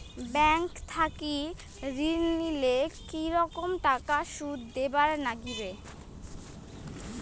Bank থাকি ঋণ নিলে কি রকম টাকা সুদ দিবার নাগিবে?